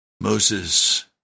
Moses